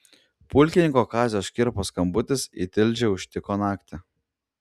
pulkininko kazio škirpos skambutis į tilžę užtiko naktį